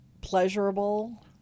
pleasurable